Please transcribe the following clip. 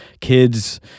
kids